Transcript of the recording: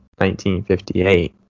1958